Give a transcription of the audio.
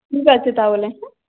ঠিক আছে তাহলে হ্যাঁ